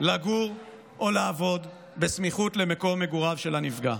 לגור או לעבוד בסמיכות למקום מגוריו של הנפגע.